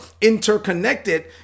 interconnected